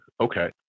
okay